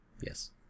yes